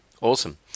Awesome